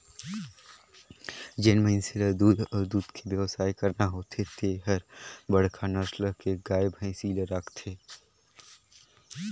जेन मइनसे ल दूद अउ दूद के बेवसाय करना होथे ते हर बड़खा नसल के गाय, भइसी ल राखथे